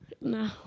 No